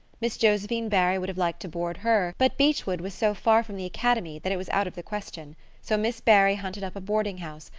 miss josephine barry would have liked to board her, but beechwood was so far from the academy that it was out of the question so miss barry hunted up a boarding-house,